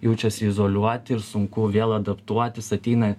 jaučiasi izoliuoti ir sunku vėl adaptuotis ateina